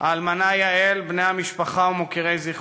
האלמנה יעל, בני המשפחה ומוקירי זכרו,